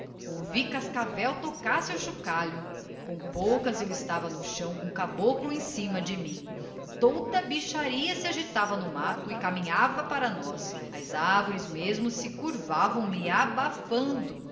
ouvi cascavel tocar seu chocalho com poucas eu estava no chão com o caboclo em cima de mim toda a bicharia se agitava no matto e caminhava para nós as arvores mesmo se curvavam me abafando